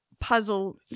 puzzle